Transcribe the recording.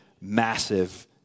massive